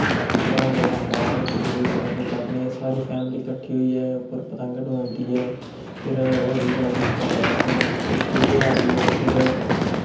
बड़ा मज़ा आंदा अस इक दुए दा पतंग कट्टनें सारी फैमली कट्ठी होइयै पतंग डोआंदी ऐ फिर होर बी बड़ा किश करने अस इक एह् तेहार बी ऐ फिर